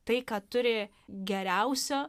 tai ką turi geriausio